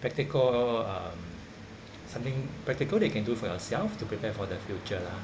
practical um something practical that can do for yourself to prepare for the future lah